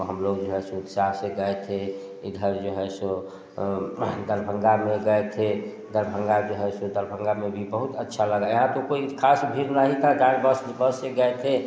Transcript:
हम लोग जो है सो उत्साह से गए थे इधर जो है सो दरभंगा में गए थे दरभंगा जो है सो दरभंगा में भी बहुत अच्छा लगा यहाँ तो कोई ख़ास भीड़ नहीं था कार बस बस से गए थे